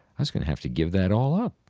i was going to have to give that all up.